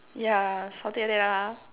ya something like that lah